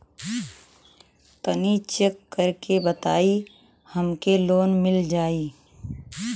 तनि चेक कर के बताई हम के लोन मिल जाई?